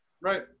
Right